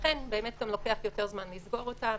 ולכן גם לוקח יותר זמן לסגור אותם,